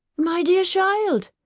my dear child,